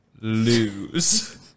Lose